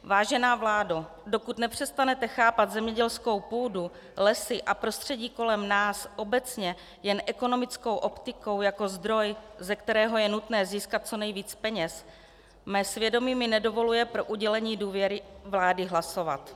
Vážená vládo, dokud nepřestanete chápat zemědělskou půdu, lesy a prostředí kolem nás obecně jen ekonomickou optikou jako zdroj, ze kterého je nutné získat co nejvíc peněz, mé svědomí mi nedovoluje pro udělení důvěry vlády hlasovat.